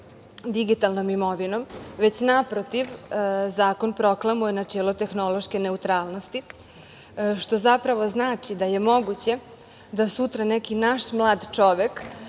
digitalnom imovinom, već, naprotiv, zakon proklamuje načelo tehnološke neutralnosti, što zapravo znači da je moguće da sutra neki naš mlad čovek